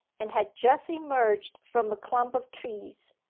and had just emerged from a clump of trees.